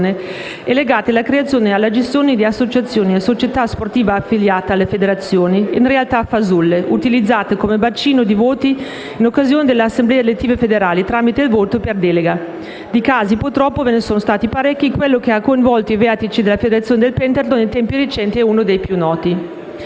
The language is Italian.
e legati alla creazione e alla gestione di associazioni e società sportive affiliate alle federazioni, in realtà fasulle, utilizzate come bacino di voti in occasione delle assemblee elettive federali, tramite il voto per delega. Di casi, purtroppo, ve ne sono stati parecchi. Quello che ha coinvolto i vertici della federazione del pentathlon in tempi recenti è uno dei più noti.